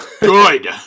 Good